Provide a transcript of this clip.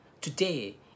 Today